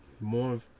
more